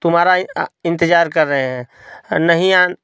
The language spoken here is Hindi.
तुम्हारा इंतजार कर रहे हैं नहीं